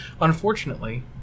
unfortunately